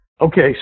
Okay